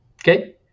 okay